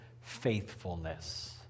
faithfulness